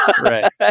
Right